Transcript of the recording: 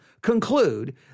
conclude